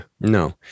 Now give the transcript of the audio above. No